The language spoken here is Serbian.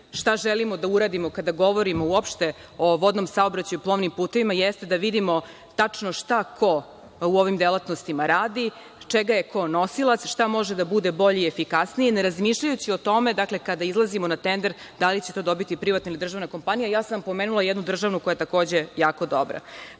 šta želimo da uradimo kada govorimo uopšte o vodnom saobraćaju i plovnim putevima, jeste da vidimo tačno šta ko u ovim delatnostima radi, čega je ko nosilac, šta može da bude bolje i efikasnije, ne razmišljajući o tome kada izlazimo na tender da li će to dobiti privatna ili državna kompanija. Ja sam pomenula jednu državnu koja je takođe jako dobra. Kada